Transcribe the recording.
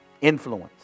Influence